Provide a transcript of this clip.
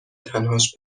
تنهاش